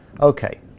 Okay